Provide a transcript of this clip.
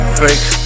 fake